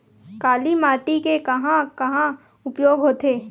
काली माटी के कहां कहा उपयोग होथे?